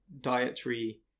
dietary